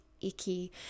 icky